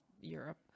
europe